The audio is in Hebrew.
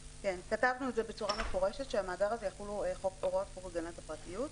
כתבנו בצורה מפורשת שעל המאגר הזה יחולו הוראות חוק הגנת הפרטיות.